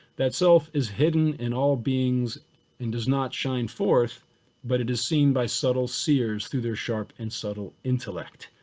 that self is hidden in all beings and does not shine forth but it is seen by subtle seers through their sharp and subtle intellect.